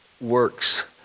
works